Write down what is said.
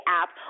app